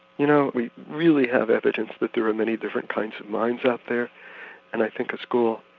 you know we really have evidence that there are many different kinds of minds out there and i think a school,